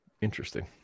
Interesting